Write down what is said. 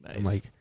Nice